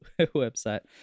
website